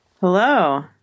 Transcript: Hello